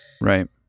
Right